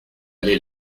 aller